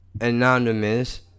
anonymous